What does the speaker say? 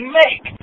make